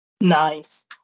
nice